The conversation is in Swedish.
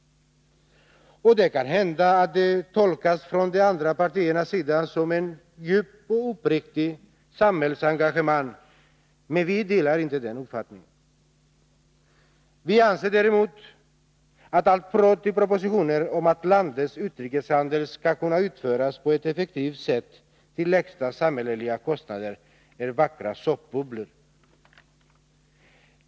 Och det kan hända att det från de andra partiernas sida tolkas som ett djupt och uppriktigt samhällsengagemang, men vi delar inte den uppfattningen. Vi anser däremot att allt prat i propositionen om att landets utrikeshandel skall kunna skötas på ett effektivt sätt till lägsta samhälleliga kostnader, är vackra såpbubblor.